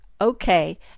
okay